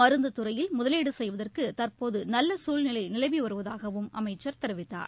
மருந்து துறையில் முதலீடு செய்வதற்கு தற்போது நல்ல சூழ்நிலை நிலவி வருவதாகவும் அமைச்சள் தெரிவித்தார்